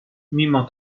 mimo